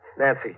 Nancy